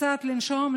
קצת לנשום,